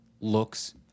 looks